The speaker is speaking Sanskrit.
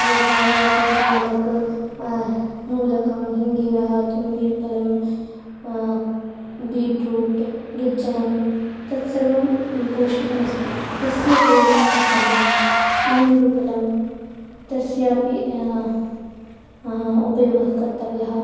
यथा मेथी पालक् मूलकं हिण्डीरः तुम्बीफलम् बिट्रूट् वृञ्जनं तत्सर्वं पौष्टिकमस्ति तस्य उपयोगं कर्तव्यं निम्बूफलं तस्यापि उपयोगः कर्तव्यः